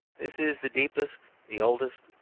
this is the deepest, the oldest,